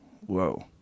Whoa